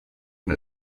and